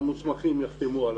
המוסמכים יחתמו עליו.